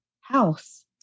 house